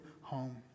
home